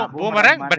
boomerang